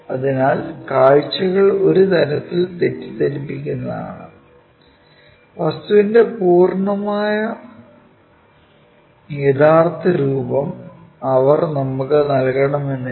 അതിനാൽ കാഴ്ചകൾ ഒരു തരത്തിൽ തെറ്റിദ്ധരിപ്പിക്കുന്നതാണ് വസ്തുവിന്റെ പൂർണ്ണമായ യഥാർത്ഥ രൂപം അവർ നമുക്കു നല്കണമെന്നില്ല